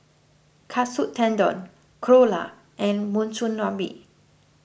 Katsu Tendon Dhokla and Monsunabe